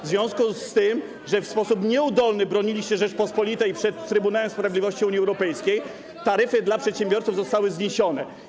W związku z tym, że w sposób nieudolny broniliście Rzeczypospolitej przed Trybunałem Sprawiedliwości Unii Europejskiej, taryfy dla przedsiębiorców zostały zniesione.